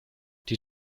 die